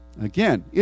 Again